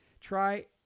Try